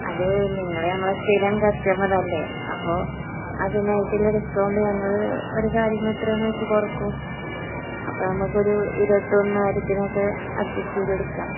അത് നിങ്ങൾ ഞങ്ങളെ സ്ഥിരം കസ്റ്റമറല്ലെ അപ്പോൾ അതിനായിട്ടുള്ള ഡിസ്കൗണ്ട് ഞങ്ങൾ ഒരു സാരിമ്മെ ഇത്രെന്ന് വെച്ച് കുറക്കും അപ്പം നമുക്കൊരു ഇരുപത്തൊന്നായിരത്തിനൊക്കെ അഡ്ജസ്റ്റ് ചെയ്തെടുക്കാം